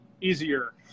Easier